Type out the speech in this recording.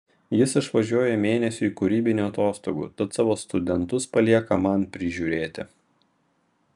jis išvažiuoja mėnesiui kūrybinių atostogų tad savo studentus palieka man prižiūrėti